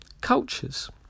cultures